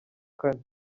kane